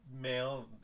male